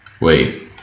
Wait